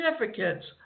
significance